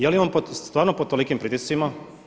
Je li on stvarno pod tolikim pritiscima?